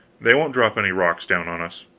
they won't drop any rocks down on us.